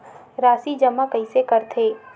राशि जमा कइसे करथे?